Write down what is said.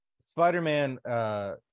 Spider-Man